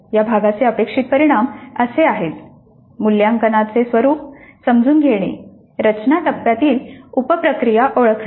या भागाचे अपेक्षित परिणाम असे आहेत मूल्यांकनचे स्वरूप समजून घेणे रचना टप्प्यातील उप प्रक्रिया ओळखणे